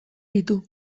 ditu